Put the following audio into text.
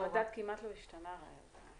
המדד כמעט לא השתנה לאחרונה.